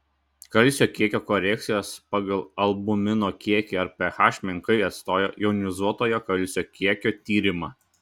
kalcio kiekio korekcijos pagal albumino kiekį ar ph menkai atstoja jonizuotojo kalcio kiekio tyrimą